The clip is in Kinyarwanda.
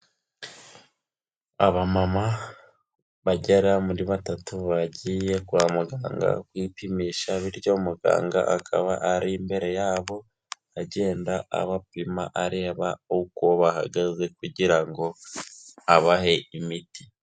Abamama bagera muri batatu, bagiye kwa muganga kwipimisha, bityo muganga akaba ari imbere yabo, agenda abapima areba uko bahagaze kugira ngo abahe imiti.